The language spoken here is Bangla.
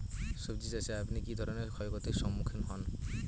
সবজী চাষে আপনি কী ধরনের ক্ষয়ক্ষতির সম্মুক্ষীণ হন?